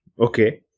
Okay